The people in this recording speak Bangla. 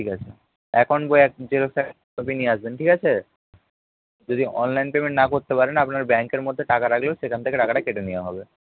ঠিক আছে অ্যাকাউন্ট বইয়ের এক জেরক্স এক কপি নিয়ে আসবেন ঠিক আছে যদি অনলাইন পেমেন্ট না করতে পারেন আপনার ব্যাঙ্কের মধ্যে টাকা রাখলেও সেখান থেকে টাকাটা কেটে নেওয়া হবে